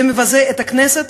זה מבזה את הכנסת,